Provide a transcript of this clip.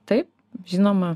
taip žinoma